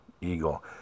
eagle